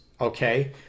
Okay